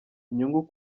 inyungu